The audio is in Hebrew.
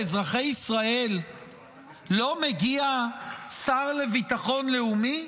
לאזרחי ישראל לא מגיע שר לביטחון לאומי?